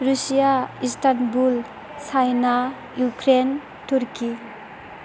Russia Istanbul China Ukraine turkey